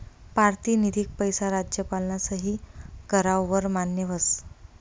पारतिनिधिक पैसा राज्यपालना सही कराव वर मान्य व्हस